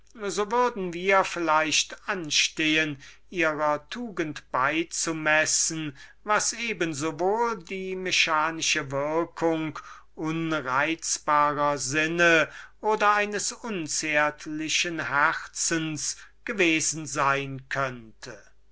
so würden wir vielleicht anstehen ihrer tugend beizumessen was eben sowohl die mechanische würkung unreizbarer sinnen und eines unzärtlichen herzens hätte gewesen sein können